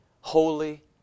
holy